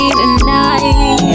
tonight